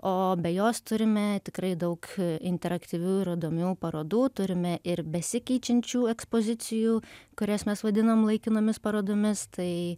o be jos turime tikrai daug interaktyvių ir įdomių parodų turime ir besikeičiančių ekspozicijų kurias mes vadinam laikinomis parodomis tai